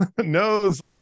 knows